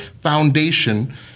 foundation